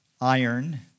iron